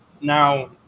Now